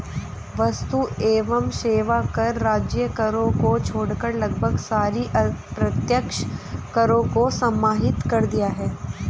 वस्तु एवं सेवा कर राज्य करों को छोड़कर लगभग सभी अप्रत्यक्ष करों को समाहित कर दिया है